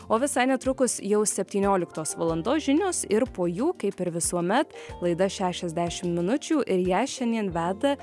o visai netrukus jau septynioliktos valandos žinios ir po jų kaip ir visuomet laida šešiasdešim minučių ir ją šiandien veda